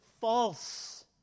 false